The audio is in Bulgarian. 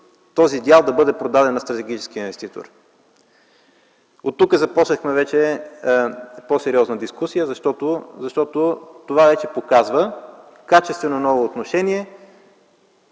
този дял да бъде продаден на стратегическия инвеститор. Оттук започнахме вече по-сериозна дискусия, защото това показа качествено ново отношение,